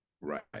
Right